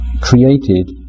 created